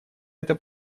это